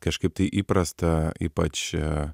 kažkaip tai įprasta ypač